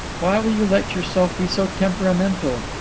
why will you let yourself be so temperamental?